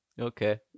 Okay